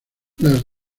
las